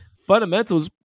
fundamentals